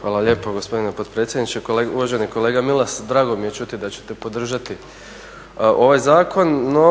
Hvala lijepo gospodine potpredsjedniče. Uvaženi kolega Milas drago mi je čuti da ćete podržati ovaj zakon no